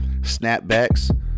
snapbacks